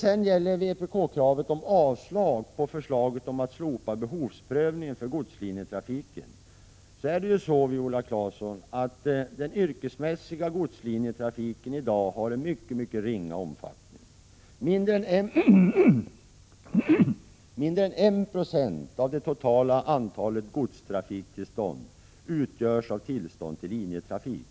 När det gäller vpk-kravet om avslag på förslaget att slopa behovsprövningen för godslinjetrafiken, vill jag framhålla att den yrkesmässiga godslinjetrafiken i dag har en mycket ringa omfattning, Viola Claesson. Mindre än 1 9o av det totala antalet godstrafiktillstånd utgörs av tillstånd till linjetrafik.